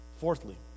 fourthly